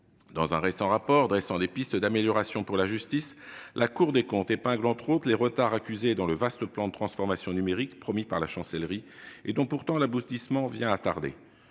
Dans un récent rapport dressant des pistes d'amélioration pour la justice, la Cour des comptes épingle, entre autres choses, les retards accusés dans le vaste plan de transformation numérique promis par la Chancellerie, mais dont l'aboutissement vient à tarder.